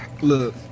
Look